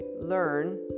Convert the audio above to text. learn